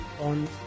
on